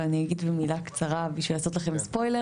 אבל אני אגיד מילה קצרה, בשביל לעשות לכם ספוילר.